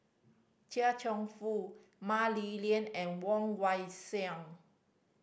Chia Cheong Fook Mah Li Lian and Woon Wah Siang